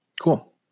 Cool